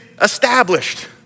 established